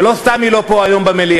שלא סתם היא לא פה היום במליאה,